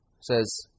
Says